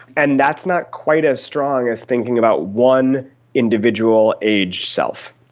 and that's not quite as strong as thinking about one individual aged self.